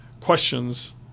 questions